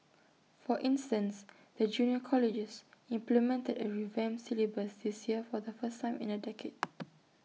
for instance the junior colleges implemented A revamped syllabus this year for the first time in A decade